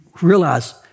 realize